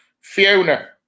Fiona